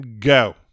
go